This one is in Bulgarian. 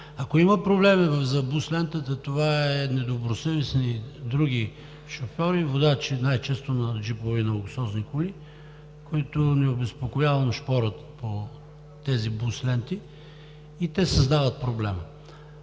Ако има проблеми за бус лентата, това са други недобросъвестни шофьори, водачи най-често на джипове и на луксозни коли, които необезпокоявано шпорят по тези бус ленти, и те създават проблема.